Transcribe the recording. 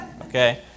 Okay